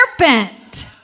serpent